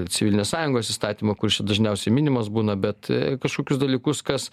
civilinės sąjungos įstatymą kuris čia dažniausiai minimas būna bet kažkokius dalykus kas